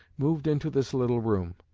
moved into this little room.